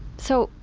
so,